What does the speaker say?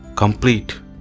complete